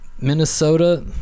Minnesota